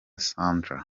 sandra